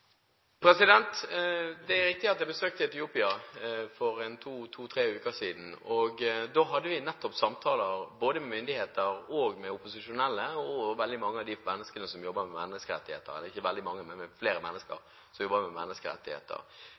det landet? Det er riktig at jeg besøkte Etiopia for to–tre uker siden, og da hadde vi nettopp samtaler med både myndigheter og opposisjonelle og med flere mennesker som jobber med menneskerettigheter. Vi mener fra regjeringens side at veksten og framgangen som